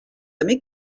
amic